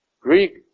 Greek